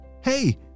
Hey